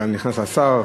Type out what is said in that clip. נכנס השר.